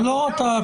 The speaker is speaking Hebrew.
אתה קוטע אותי.